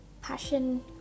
Passion